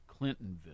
Clintonville